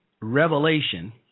revelation